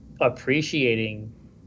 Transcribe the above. appreciating